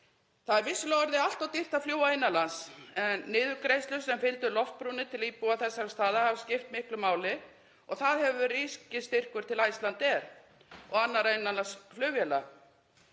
Það er vissulega orðið allt of dýrt að fljúga innan lands en niðurgreiðslur sem fylgdu Loftbrúnni til íbúa þessara staða hafa skipt miklu máli og það hefur ríkisstyrkur til Icelandair og annarra innanlandsflugfélaga